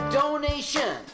donation